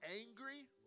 angry